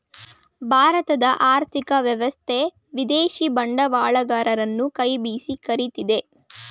ಭಾರತದ ಆರ್ಥಿಕ ವ್ಯವಸ್ಥೆ ವಿದೇಶಿ ಬಂಡವಾಳಗರರನ್ನು ಕೈ ಬೀಸಿ ಕರಿತಿದೆ